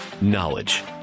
knowledge